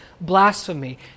blasphemy